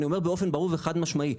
אני אומר באופן ברור וחד משמעי,